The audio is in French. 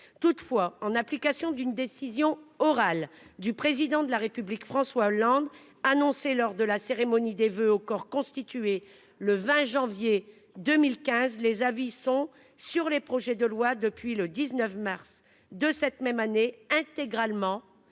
Toutefois, en application d'une décision orale du président de la République François Hollande annoncé lors de la cérémonie des voeux aux corps constitués. Le 20 janvier 2015. Les avis sont sur les projets de loi depuis le 19 mars de cette même année intégralement.